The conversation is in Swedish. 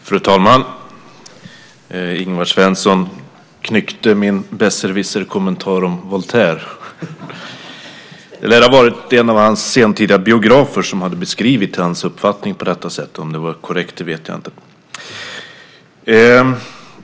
Fru talman! Ingvar Svensson knyckte min besserwisserkommentar om Voltaire. Det lär ha varit en av hans sentida biografer som beskrivit hans uppfattning på nämnda sätt. Om det var korrekt vet jag inte.